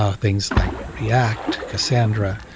ah things like react, cassandra,